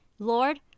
Lord